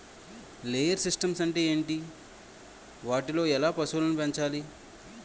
Layer systems అంటే ఏంటి? వాటిలో ఎలా పశువులను పెంచాలి?